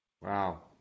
Wow